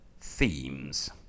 themes